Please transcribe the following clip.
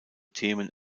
themen